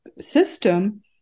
system